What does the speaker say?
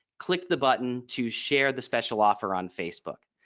click the button to share the special offer on facebook.